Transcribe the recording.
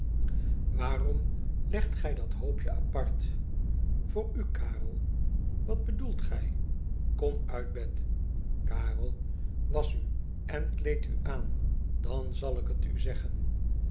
waarom legt gij dat hoopje apart vooru karel fwat bedoelt gij kom uit bed karel wasch u en kleed u aan dan zal ik het u zeggen